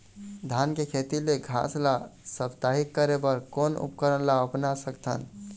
धान के खेत ले घास ला साप्ताहिक करे बर कोन उपकरण ला अपना सकथन?